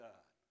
God